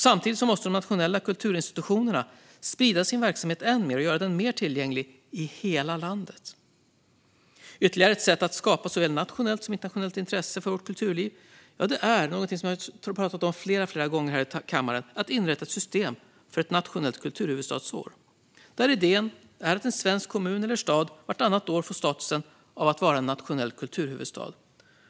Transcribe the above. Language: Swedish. Samtidigt måste de nationella kulturinstitutionerna sprida sin verksamhet ännu mer och göra den mer tillgänglig i hela landet. Ytterligare ett sätt att skapa såväl nationellt som internationellt intresse för vårt kulturliv är något som jag har pratat om flera gånger här i kammaren, nämligen att inrätta ett system för ett nationellt kulturhuvudstadsår. Idén är att en svensk kommun eller stad vartannat år får statusen nationell kulturhuvudstad.